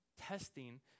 testing